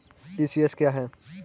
ECS क्या है?